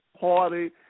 party